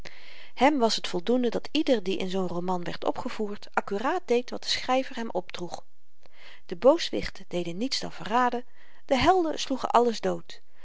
hem was t voldoende dat ieder die in zoo'n roman werd opgevoerd akkuraat deed wat de schryver hem opdroeg de booswichten deden niets dan verraden de helden sloegen alles dood